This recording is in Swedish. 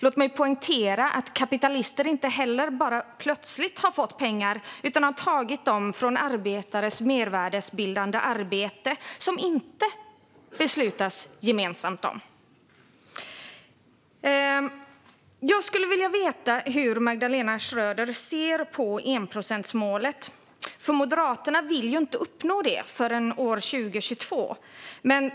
Låt mig poängtera att kapitalister inte heller bara plötsligt har fått pengar utan har tagit dem från arbetares mervärdesbildande arbete. Det är något som inte beslutas om gemensamt. Jag skulle vilja veta hur Magdalena Schröder ser på enprocentsmålet. Moderaterna vill inte uppnå det förrän år 2022.